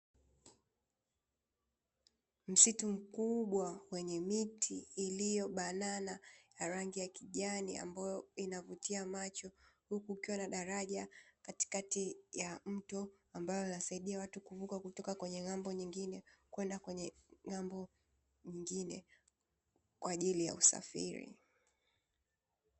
Msitu mkubwa wenye miti iliyobanana ya rangi ya kijani ambayo inavutia macho huku ukiwa na daraja katikati ya mto ambalo linasaidia watu kuvuka kutoka kwenye ng'ambo nyingine kwenda kwenye kwa ajili ya usafiri.